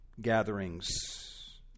gatherings